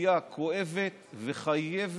סוגיה כואבת, וחייב